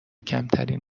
کمتری